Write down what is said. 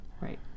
Right